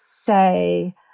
say